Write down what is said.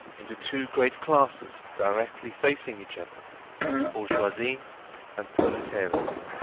into two great classes, directly facing each other bourgeoisie and proletariat.